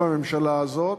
בממשלה הזאת,